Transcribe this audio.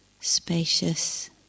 spacious